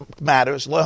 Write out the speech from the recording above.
matters